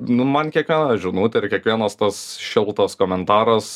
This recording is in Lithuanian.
nu man kiekviena žinutė ir kiekvienas tas šiltas komentaras